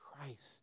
Christ